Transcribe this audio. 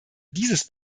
dieses